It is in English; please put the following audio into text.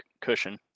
cushion